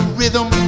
rhythm